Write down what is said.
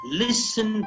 listen